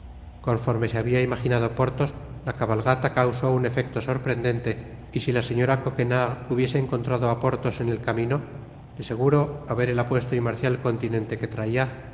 conforme se habia imaginado porthos la cabalgata causó un efecto sorprendente y si la señora coquenard hubiese encontrado á porthos en el camino de seguro á ver el apuesto y marcial continente que traia